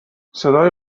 صدای